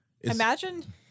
Imagine